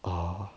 uh